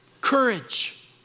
Courage